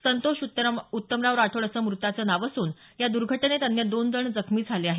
संतोष उत्तमराव राठोड असं मृताचं नाव असून या दुर्घटनेत अन्य दोन जण जखमी झाले आहेत